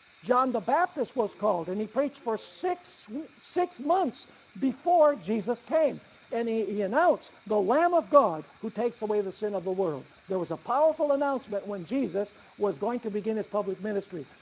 john the baptist was called and he preached for six six months before jesus came and he he announced the lamb of god who takes away the sin of the world. there was a powerful announcement when jesus was going to begin his public ministry.